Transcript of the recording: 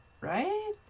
right